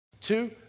Two